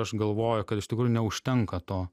aš galvoju kad iš tikrųjų neužtenka to